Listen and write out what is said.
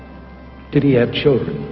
did he have children?